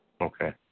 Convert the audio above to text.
Okay